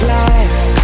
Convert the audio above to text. life